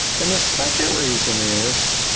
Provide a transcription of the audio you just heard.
and the second reason is,